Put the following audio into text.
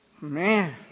Man